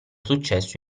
successo